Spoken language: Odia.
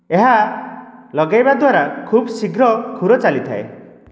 ଏହା ଲଗାଇବା ଦ୍ୱାରା ଖୁବ ଶୀଘ୍ର ଖୁର ଚାଲିଥାଏ